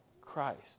Christ